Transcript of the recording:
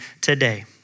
today